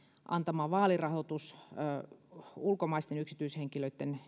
antaman vaalirahoituksen nimenomaan ulkomaisten yksityishenkilöitten